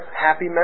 happy